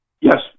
Yes